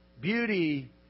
beauty